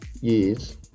years